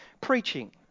preaching